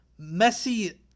Messi